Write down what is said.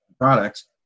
products